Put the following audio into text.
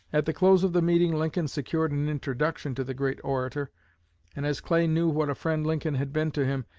at the close of the meeting lincoln secured an introduction to the great orator and as clay knew what a friend lincoln had been to him,